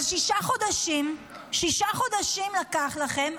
אבל שישה חודשים, שישה חודשים לקח לכם,